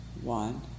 one